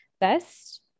best